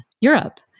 Europe